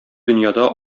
дөньяда